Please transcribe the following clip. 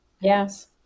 Yes